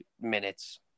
minutes